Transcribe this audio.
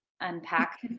unpack